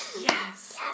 yes